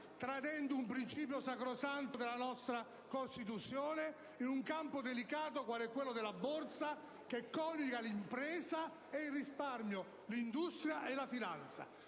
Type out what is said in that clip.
tradendo un principio sacrosanto sancito dalla nostra Costituzione in un campo delicato, quale quello della borsa, che coniuga l'impresa e il risparmio, l'industria e la finanza;